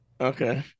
Okay